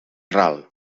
ral